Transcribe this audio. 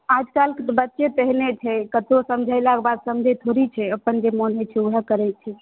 हालचाल बच्चे तेहने छै कतबो समझैलाके बाद समझै थोड़ी छै अपन जे मन होइ छै ओएह करै छै